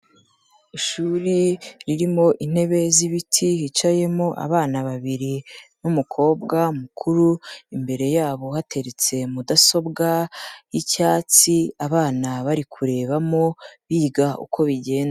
Ishuri ririmo intebe z'ibiti, hicayemo abana babiri n'umukobwa mukuru ,imbere yabo hateretse mudasobwa y'icyatsi ,abana bari kurebamo, biga uko bigenda.